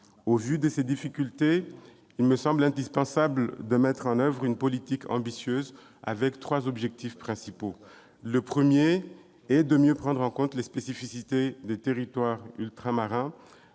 Au vu de ces difficultés, il me semble indispensable de mettre en oeuvre une politique ambitieuse, avec trois objectifs principaux. Le premier est de mieux prendre en compte les spécificités des territoires ultramarins,